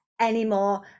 anymore